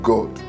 God